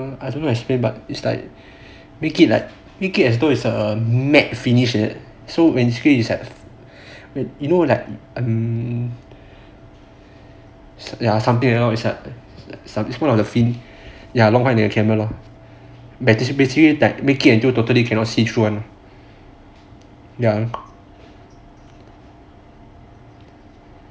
I don't know how explain but basically is like make it like max so basically is like um ya something like that lor ya 弄坏你的 camera lor so basically is like make it totally cannot see through [one]